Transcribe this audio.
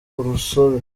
urusobe